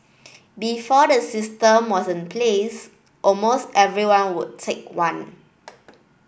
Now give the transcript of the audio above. before the system was in place almost everyone would take one